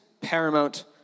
paramount